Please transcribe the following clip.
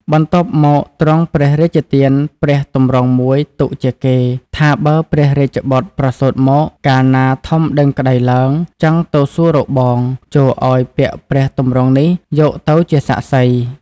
បន្ទាប់មកទ្រង់ព្រះរាជទានព្រះទម្រង់មួយទុកជាកេរ្តិ៍ ថា បើព្រះរាជបុត្រប្រសូតមក កាលណាធំដឹងក្តីឡើង ចង់ទៅសួររកបង ចូរឲ្យពាក់ព្រះទម្រង់នេះយកទៅជាសាក្សី។